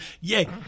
yay